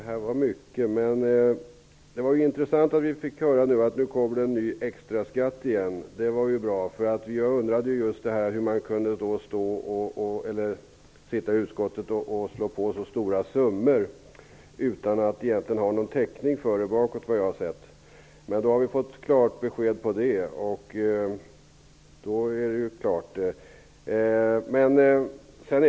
Herr talman! Det var intressant att höra att det kommer en ny extraskatt igen. Det var bra. Jag undrade just hur man i utskottet kan föreslå att vi skall anslå så stora summor utan att egentligen ha någon täckning för det. Vi har fått klart besked på den punkten.